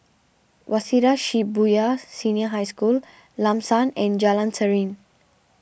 Waseda Shibuya Senior High School Lam San and Jalan Serene